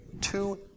Two